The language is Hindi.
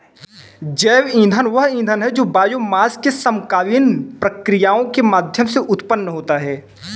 जैव ईंधन वह ईंधन है जो बायोमास से समकालीन प्रक्रियाओं के माध्यम से उत्पन्न होता है